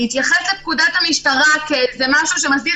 להתייחס לפקודת המשטרה כמשהו שמסדיר